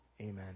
Amen